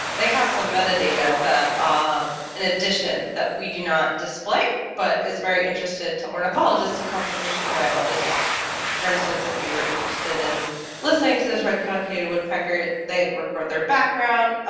they have some metadata that ah in addition that we do not display but is very interested to ornithologist and conservation biologists for instance if you were interested in listening to this red-cockaded woodpecker, they record their background